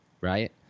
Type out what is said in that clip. Right